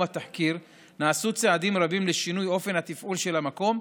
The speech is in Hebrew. התחקיר נעשו צעדים רבים לשינוי אופן התפעול של המקום,